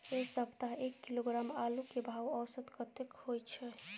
ऐ सप्ताह एक किलोग्राम आलू के भाव औसत कतेक होय छै?